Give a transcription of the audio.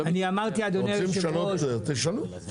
אתם רוצים לשנות אז תשנו.